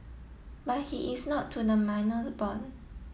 but he is not to the minor born